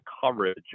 coverage